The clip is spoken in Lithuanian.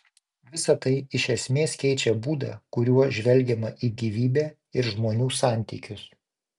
visa tai iš esmės keičia būdą kuriuo žvelgiama į gyvybę ir žmonių santykius